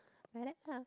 like that ah